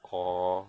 orh